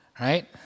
Right